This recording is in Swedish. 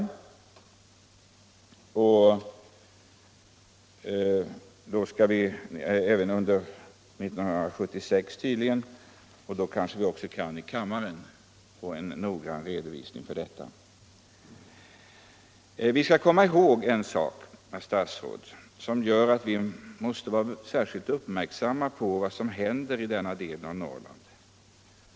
Det skall tydligen ske även under 1976, och då kanske vi i kammaren kan få en noggrann redovisning av detta. Vi skall komma ihåg några förhållanden, herr statsråd, som gör att vi måste vara särskilt uppmärksamma på vad som händer i denna del av Norrland.